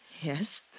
Yes